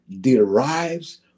derives